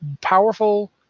powerful